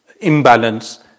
imbalance